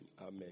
Amen